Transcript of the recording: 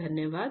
धन्यवाद